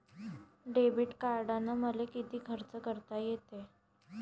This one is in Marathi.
डेबिट कार्डानं मले किती खर्च करता येते?